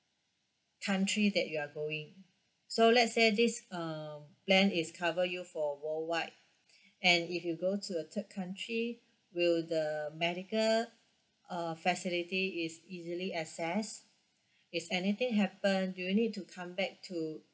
country that you are going so let's say this um plan is cover you for worldwide and if you go to a third country will the medical uh facility is easily access if anything happen do you need to come back to